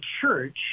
church